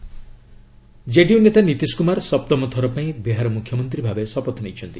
Nitish Kumar JDU ନେତା ନିତିଶ କୁମାର ସପ୍ତମ ଥର ପାଇଁ ବିହାର ମୁଖ୍ୟମନ୍ତ୍ରୀ ଭାବେ ଶପଥ ନେଇଛନ୍ତି